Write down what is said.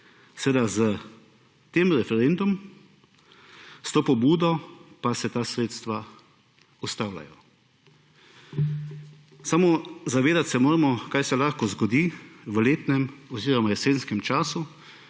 seveda s tem referendumom, s to pobudo pa se ta sredstva ustavljajo. Samo zavedati se moramo, kaj se lahko zgodi v letnem oziroma jesenskem času,